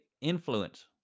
influence